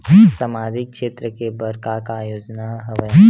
सामाजिक क्षेत्र के बर का का योजना हवय?